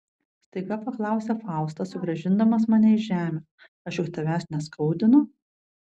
staiga paklausė faustas sugrąžindamas mane į žemę aš juk tavęs neskaudinu